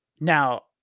Now